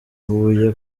huye